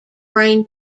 brain